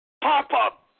Pop-up